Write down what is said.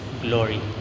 glory